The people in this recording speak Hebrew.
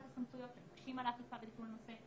הסמכויות שמקשים על האכיפה והטיפול בנושא,